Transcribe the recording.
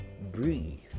breathe